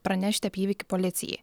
pranešti apie įvykį policijai